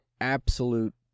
absolute